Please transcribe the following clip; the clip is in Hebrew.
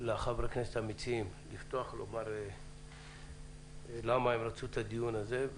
לחברי הכנסת המציעים לפתוח ולומר למה ביקשו את הדיון הזה.